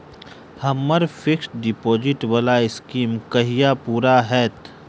हम्मर fixed deposit वला scheme कहिया पूरा हैत?